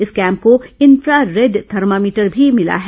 इस कैम्प से infrared thermometer भी मिला है